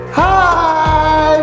hi